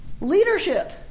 leadership